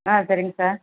ஆ சரிங்க சார்